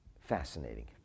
fascinating